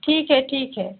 ठीक है ठीक है